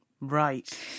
Right